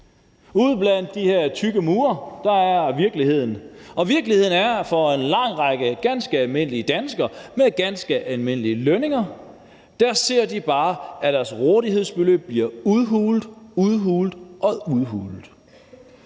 Uden for de her tykke mure er virkeligheden, og virkeligheden for en lang række ganske almindelige danskere med ganske almindelige lønninger er, at de bare ser, at deres rådighedsbeløb bliver udhulet, udhulet og udhulet.